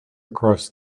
across